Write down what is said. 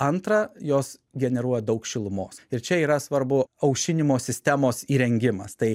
antra jos generuoja daug šilumos ir čia yra svarbu aušinimo sistemos įrengimas tai